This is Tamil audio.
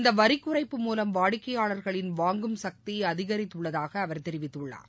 இந்த வரி குறைப்பு மூலம் வாடிக்கையாளர்களின் வாங்கும் சக்தி அதிகரித்துள்ளதாக அவர் தெரிவித்துள்ளார்